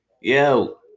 yo